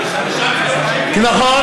5 מיליון שקל?